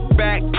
back